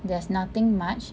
there's nothing much